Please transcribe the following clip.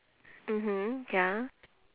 mmhmm ya